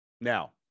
Now